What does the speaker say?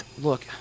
Look